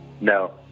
No